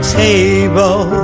table